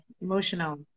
emotional